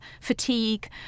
fatigue